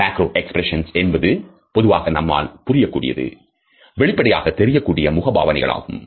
macro expression என்பது பொதுவாக நம்மால் புரியக்கூடிய வெளிப்படையாகத் தெரியக்கூடிய முகபாவனைகள் ஆகும்